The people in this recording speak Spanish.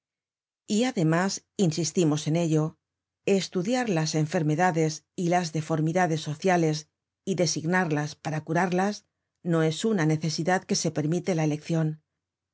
y además insistimos en ello estudiar las enfermedades y las deformidades sociales y designarlas para curarlas no es una necesidad en que se permite la eleccion